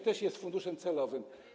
Też jest funduszem celowym.